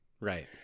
Right